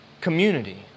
community